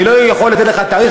אני לא יכול לתת לך תאריך,